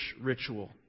ritual